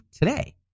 today